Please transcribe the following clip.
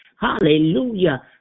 Hallelujah